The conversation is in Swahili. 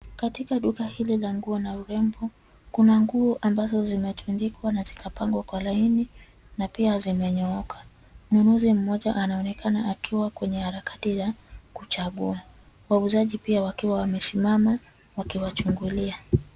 Katika duka hili la nguo na urembo, kuna nguo ambazo zimetundikwa na zikapangwa kwa laini na pia zimenyooka. Mnunuzi moja anonekana akiwa kwenye harakati ya kuchagua, wauzaji pia wakiwa wamesimama wakiwachungulia.